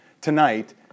tonight